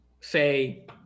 say